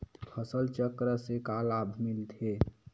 फसल चक्र से का लाभ मिलथे?